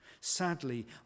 Sadly